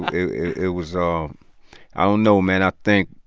it was ah i don't know, man. i think,